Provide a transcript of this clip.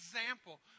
example